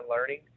learning